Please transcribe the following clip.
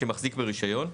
שמחזיק ברישיון,